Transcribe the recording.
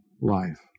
life